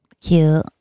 cute